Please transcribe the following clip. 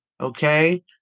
Okay